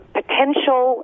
potential